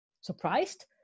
surprised